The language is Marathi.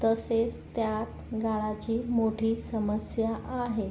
तसेच त्यात गाळाची मोठी समस्या आहे